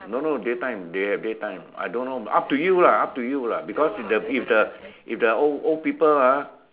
don't know day time they have day time I don't know up to you lah up to you lah because the if the if the old old people ah